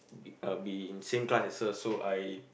be uh be in same class as her so I